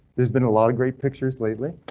there's been a lot of great pictures lately.